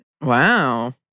Wow